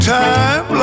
time